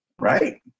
right